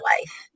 life